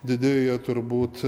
didėja turbūt